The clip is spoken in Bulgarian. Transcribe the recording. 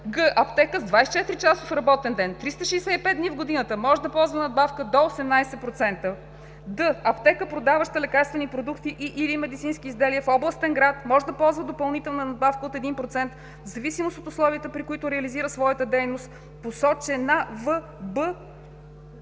аптека с 24-часов работен ден, 365 дни в годината – може да ползва надбавка до 18%; д) аптека продаваща лекарствени продукти и/или медицински изделия, в областен град – може да ползва допълнителна надбавка от 1%, в зависимост от условията при които реализира своята дейност, посочена в б.